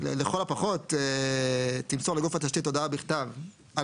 לכל הפחות תמסור לגוף התשתית הודעה בכתב על